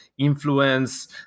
influence